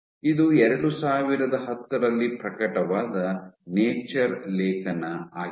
ಇದು 2010 ರಲ್ಲಿ ಪ್ರಕಟವಾದ ನೇಚರ್ ಲೇಖನ ಆಗಿದೆ